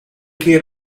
keer